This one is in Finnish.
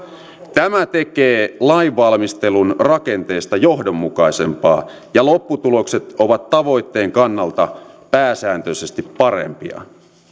tämä tekee lainvalmistelun rakenteesta johdonmukaisempaa ja lopputulokset ovat tavoitteen kannalta pääsääntöisesti parempia